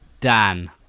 Dan